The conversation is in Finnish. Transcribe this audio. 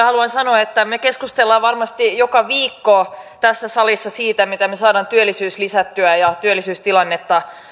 haluan sanoa että me keskustelemme varmasti joka viikko tässä salissa siitä miten me saamme työllisyyttä lisättyä ja työllisyystilannetta